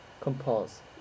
compose